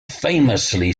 famously